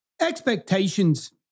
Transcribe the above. Expectations